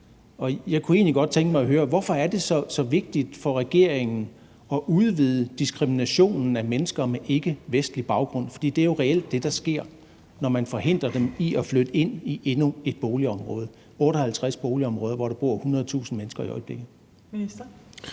egentlig godt tænke mig at høre: Hvorfor er det så vigtigt for regeringen at udvide diskriminationen af mennesker med ikkevestlig baggrund? For det er jo reelt det, der sker der, når man forhindrer dem i at flytte ind i endnu et boligområde – 58 boligområder, hvor der bor 100.000 mennesker i øjeblikket.